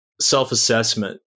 self-assessment